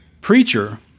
preacher